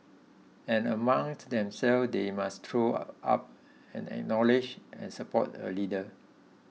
and amongst themselves they must throw up and acknowledge and support a leader